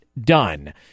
done